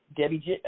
Debbie